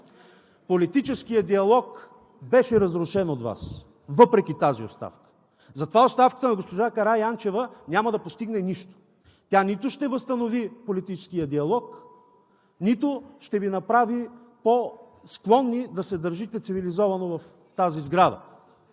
Политическият диалог беше разрушен от Вас, въпреки тази оставка. Затова оставката на госпожа Караянчева няма да постигне нищо. Тя нито ще възстанови политическия диалог, нито ще Ви направи по-склонни да се държите цивилизовано в тази сграда.